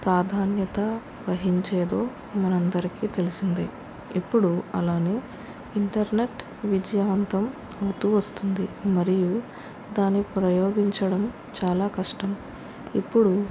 ప్రాధాన్యత వహించేదో మన అందరికీ తెలిసిందే ఇప్పుడు అలానే ఇంటర్నెట్ విజయవంతం అవుతూ వస్తోంది మరియు దాన్ని ప్రయోగించడం చాలా కష్టం ఇప్పుడు